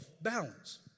balance